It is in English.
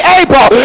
able